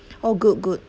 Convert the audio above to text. oh good good